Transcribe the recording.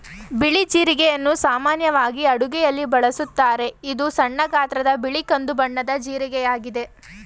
ಬಿಳಿ ಜೀರಿಗೆಯನ್ನು ಸಾಮಾನ್ಯವಾಗಿ ಅಡುಗೆಯಲ್ಲಿ ಬಳಸುತ್ತಾರೆ, ಇದು ಸಣ್ಣ ಗಾತ್ರದ ಬಿಳಿ ಕಂದು ಬಣ್ಣದ ಜೀರಿಗೆಯಾಗಿದೆ